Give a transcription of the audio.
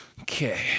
okay